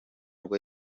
bwo